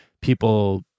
people